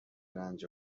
رنج